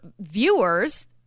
viewers